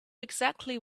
exactly